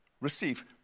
receive